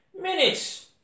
minutes